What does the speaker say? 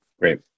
Great